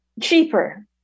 cheaper